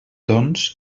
doncs